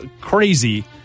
crazy